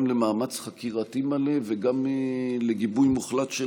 גם למאמץ חקירתי מלא וגם לגיבוי מוחלט של